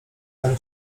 dam